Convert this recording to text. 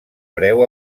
breu